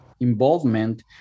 involvement